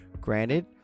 granted